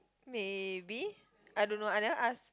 maybe I don't know I never ask